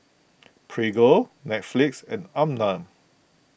Prego Netflix and Anmum